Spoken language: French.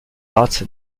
arts